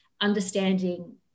understanding